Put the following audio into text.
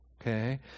Okay